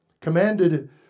commanded